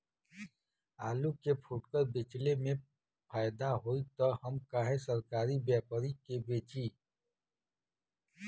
आलू के फूटकर बेंचले मे फैदा होई त हम काहे सरकारी व्यपरी के बेंचि?